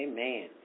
Amen